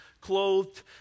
clothed